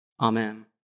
Amen